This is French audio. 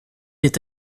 est